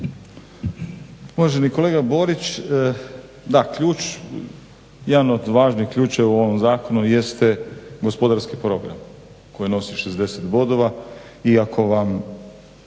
Uvaženi kolega Borić, da ključ, jedan od važnih ključeva u ovom zakonu jeste gospodarski program koji nosi 60 bodova